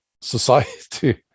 society